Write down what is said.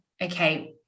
Okay